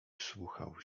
wsłuchał